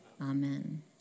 Amen